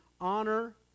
honor